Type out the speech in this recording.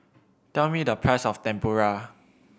tell me the price of Tempura